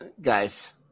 Guys